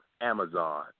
Amazon